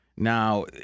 Now